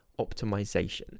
optimization